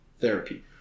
therapy